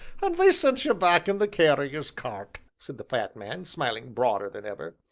and they sent ye back in the carrier's cart! said the fat man, smiling broader than ever.